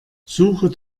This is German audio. suche